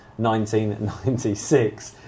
1996